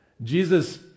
Jesus